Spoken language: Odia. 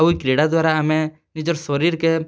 ଆଉ ଇ କ୍ରୀଡ଼ା ଦ୍ଵାରା ଆମେ ନିଜର୍ ଶରୀର୍ କେ